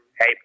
Hey